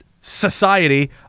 society